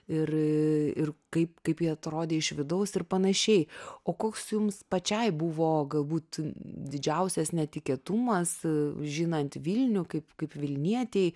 ir ir kaip kaip ji atrodė iš vidaus ir panašiai o koks jums pačiai buvo galbūt didžiausias netikėtumas žinant vilnių kaip kaip vilnietei